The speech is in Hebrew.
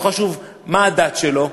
לא חשוב מה הדת שלו,